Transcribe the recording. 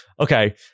okay